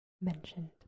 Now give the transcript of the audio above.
mentioned